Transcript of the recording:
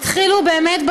התחילו באמת,